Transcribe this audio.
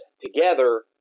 together